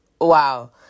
Wow